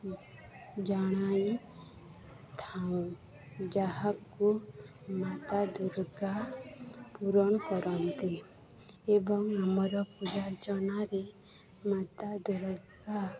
ଜଣାଇଥାଉ ଯାହାକୁ ମାତା ଦୁର୍ଗା ପୂରଣ କରନ୍ତି ଏବଂ ଆମର ପୂଜା ଅର୍ଚ୍ଚନାରେ ମାତା ଦୂର୍ଗା